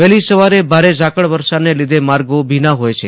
વહેલી સવારે ભારે ઝાકળવર્ષાના લીધે માર્ગો ભીના હોય છે